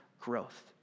growth